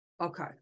Okay